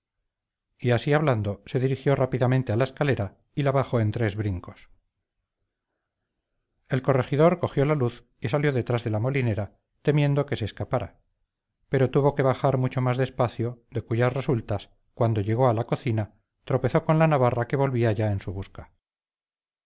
y así hablando se dirigió rápidamente a la escalera y la bajó en tres brincos el corregidor cogió la luz y salió detrás de la molinera temiendo que se escapara pero tuvo que bajar mucho más despacio de cuyas resultas cuando llegó a la cocina tropezó con la navarra que volvía ya en su busca